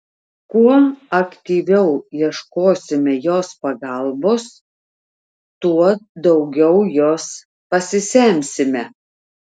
kuo aktyviau ieškosime jos pagalbos tuo daugiau jos pasisemsime